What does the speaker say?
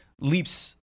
leaps